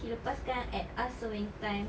she lepas kan at us so many times